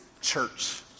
church